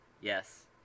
Yes